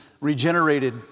regenerated